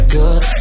good